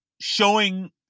showing